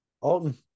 Alton